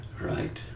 right